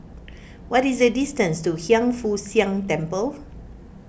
what is the distance to Hiang Foo Siang Temple